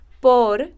por